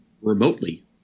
remotely